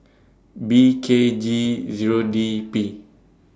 B K G Zero D P